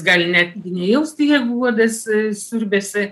gal ne nejausti jog uodas siurbiasi